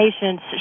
patients